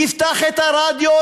יפתח את הרדיו,